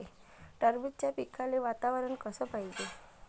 टरबूजाच्या पिकाले वातावरन कस पायजे?